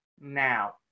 now